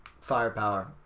firepower